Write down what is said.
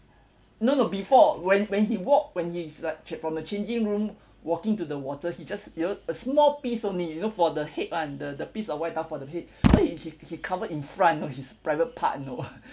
no no before when when he walk when he's like cha~ from the changing room walking to the water he just you know a small piece only you know for the head [one] the the piece of white towel for the head so he he he covered in front of his private part know